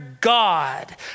God